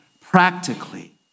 practically